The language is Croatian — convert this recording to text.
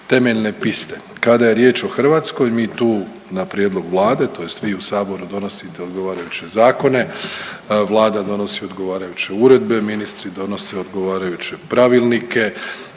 temeljne piste. Kada je riječ o Hrvatskoj mi tu na prijedlog Vlade tj. vi u Saboru donosite odgovarajuće zakone, Vlada donosi odgovarajuće uredbe, ministri donose odgovarajuće pravilnike